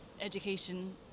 education